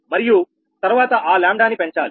మరియు తర్వాత ఆ 𝜆 నీ పెంచాలి